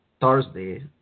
Thursday